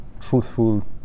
truthful